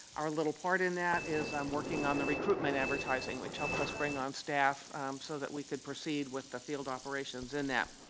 our little part in that is um working on the recruitment advertising which helped us bring on staff so we can proceed with the field operations in that.